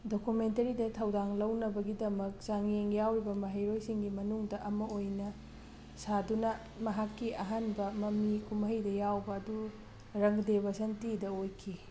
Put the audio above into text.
ꯗꯣꯀꯨꯃꯦꯟꯇꯔꯤꯗ ꯊꯧꯗꯥꯡ ꯂꯧꯅꯕꯒꯤꯗꯃꯛ ꯆꯥꯡꯌꯦꯡ ꯌꯥꯎꯔꯤꯕ ꯃꯍꯩꯔꯣꯏꯁꯤꯡꯒꯤ ꯃꯅꯨꯡꯗ ꯑꯃ ꯑꯣꯏꯅ ꯁꯥꯗꯨꯅ ꯃꯍꯥꯛꯀꯤ ꯑꯍꯟꯕ ꯃꯃꯤ ꯀꯨꯝꯍꯩꯗ ꯌꯥꯎꯕ ꯑꯗꯨ ꯔꯪꯒꯗꯦ ꯕꯁꯟꯇꯤꯗ ꯑꯣꯏꯈꯤ